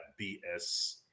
BS